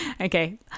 okay